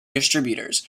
distributors